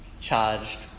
charged